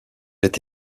est